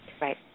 Right